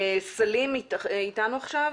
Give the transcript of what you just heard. סלים איתנו עכשיו?